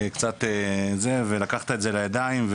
ולקחת את זה לידיים.